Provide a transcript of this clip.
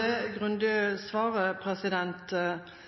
det grundige